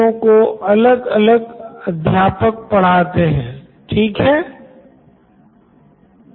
professor तो ये सिर्फ इसलिए नहीं है की अलग विषय को अलग अध्यापक पढ़ाते हैं बल्कि ये जो आपने कहा अभी की नोट बुक्स अलग से सत्यापित हो सके ये हुआ असल कारण